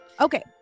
Okay